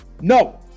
no